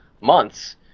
months